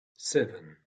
seven